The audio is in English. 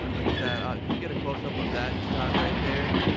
look at that, ah can you get a close-up of that shot right there?